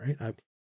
right